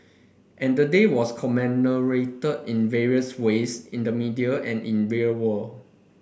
and the day was commemorated in various ways in the media and in real world